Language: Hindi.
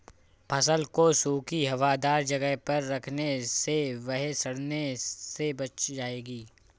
फसल को सूखी, हवादार जगह पर रखने से वह सड़ने से बच जाएगी